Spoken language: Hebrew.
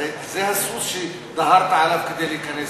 הרי זה הסוס שדהרת עליו כדי להיכנס לכאן.